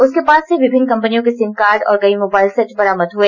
उसके पास से विभिन्न कंपनियों के सिम कार्डे और कई मोबाईल सेट बरामद हुए